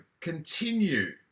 continue